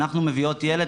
אנחנו מביאות ילד',